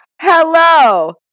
hello